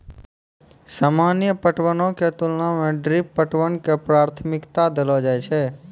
सामान्य पटवनो के तुलना मे ड्रिप पटवन के प्राथमिकता देलो जाय छै